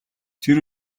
тэр